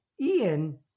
Ian